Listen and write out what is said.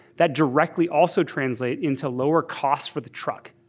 that directly also translate into lower cost for the truck.